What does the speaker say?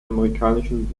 amerikanischen